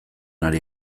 ari